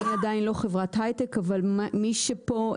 אני עדיין לא חברת הייטק אבל מי שפה,